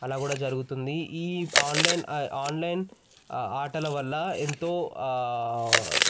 అలా కూడా జరుగుతుంది ఈ ఆన్లైన్ ఆన్లైన్ ఆటల వల్ల ఎంతో